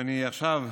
עכשיו,